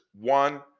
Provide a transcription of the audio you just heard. one